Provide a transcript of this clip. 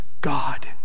God